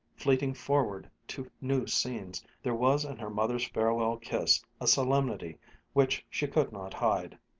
fleeting forward to new scenes, there was in her mother's farewell kiss a solemnity which she could not hide.